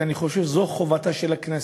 כי אני חושב שזו חובתה של הכנסת.